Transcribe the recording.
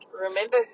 remember